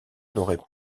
n’aurait